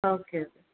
okay okay